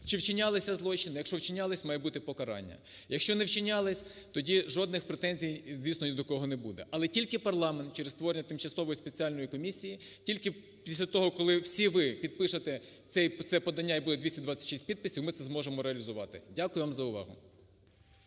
чи вчинялися злочини? Якщо вчинялись, має бути покарання. Якщо не вчинялись, тоді жодних претензій, звісно, ні до кого не буде. Але тільки парламент, через створення тимчасової спеціальної комісії, тільки після того, коли всі ви підпишете це подання і буде 226 підписів, ми це зможемо реалізувати. Дякую вам за увагу.